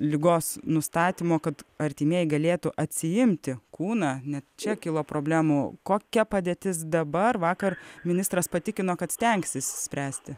ligos nustatymo kad artimieji galėtų atsiimti kūną net čia kilo problemų kokia padėtis dabar vakar ministras patikino kad stengsis spręsti